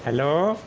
hello